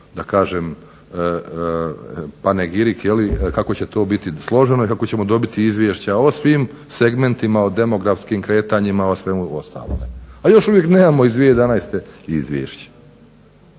da kažem … kako će to biti složeno i kako ćemo dobiti izvješća o svim segmentima, o demografskim kretanjima, o svemu ostalom. A još uvijek nemamo iz 2011. izvješće.